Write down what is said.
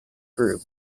group